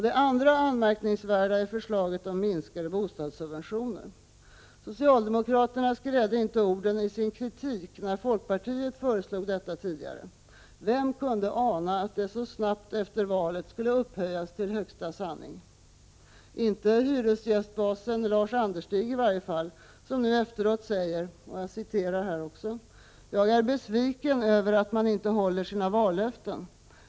Det andra anmärkningsvärda är förslaget om minskade bostadssubventioner. Socialdemokraterna skrädde inte orden i sin kritik när folkpartiet föreslog detta tidigare. Vem kunde ana att detta så snabbt efter valet skulle upphöjas till högsta sanning? I alla fall inte hyresgästbasen Lars Anderstig, som nu efteråt säger: ”Jag är besviken över att man inte håller sina vallöften.